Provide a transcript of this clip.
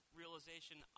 realization